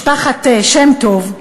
משפחת שם-טוב,